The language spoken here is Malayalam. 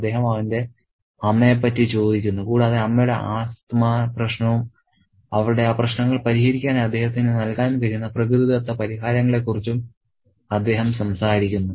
അദ്ദേഹം അവന്റെ അമ്മയെ പറ്റി ചോദിക്കുന്നു കൂടാതെ അമ്മയുടെ ആസ്ത്മ പ്രശ്നവും അവരുടെ ആ പ്രശ്നങ്ങൾ പരിഹരിക്കാനായി അദ്ദേഹത്തിന് നൽകാൻ കഴിയുന്ന പ്രകൃതിദത്ത പരിഹാരങ്ങളെക്കുറിച്ചും അദ്ദേഹം സംസാരിക്കുന്നു